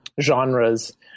genres